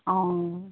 অঁ